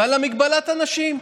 ויש מגבלת אנשים.